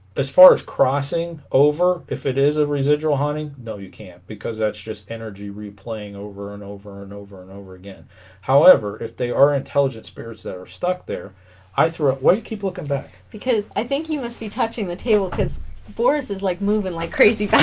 as far as crossing over if it is a residual haunting no you can't because that's just energy replaying over and over and over and over again however if they are intelligent spirits that are stuck there i throw out wait keep looking back because i think you must be touching the table because boris is like moving like crazy